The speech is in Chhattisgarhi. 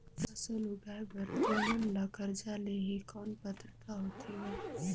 फसल उगाय बर तू मन ला कर्जा लेहे कौन पात्रता होथे ग?